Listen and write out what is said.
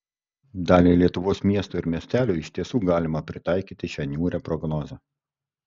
daliai lietuvos miestų ir miestelių iš tiesų galima pritaikyti šią niūrią prognozę